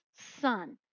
son